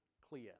clear